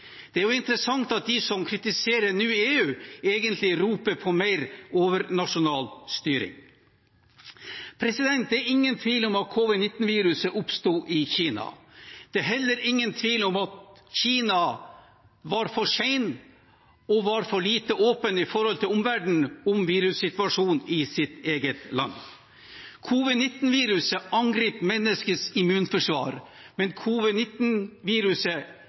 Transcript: er ingen tvil om at covid-19-viruset oppsto i Kina. Det er heller ingen tvil om at Kina var for sen, og var for lite åpen overfor omverdenen om virussituasjonen i sitt eget land. Covid-19-viruset angriper menneskets immunforsvar, men